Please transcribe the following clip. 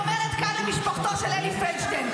ואני אומרת כאן למשפחתו של אלי פלדשטיין: